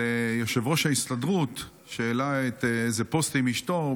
שיושב-ראש ההסתדרות העלה פוסט עם אשתו,